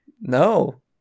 No